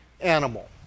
animal